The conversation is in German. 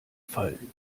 fallen